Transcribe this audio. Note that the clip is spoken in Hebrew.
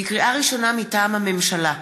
לקריאה ראשונה, מטעם הממשלה: